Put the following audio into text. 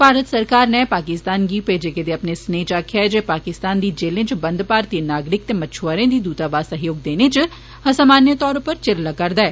भारत सरकार नै पाकिस्तान गी भेजे गेदे अपने स्नेह इच आक्खेआ ऐ जे पाकिस्तान दी जेलें इच बंद मारतीय नागरिक ते मछुआरे गी दूतावास सहयोग देने इच असामान्य तौर उप्पर चिर लगा'रदा ऐ